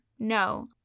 No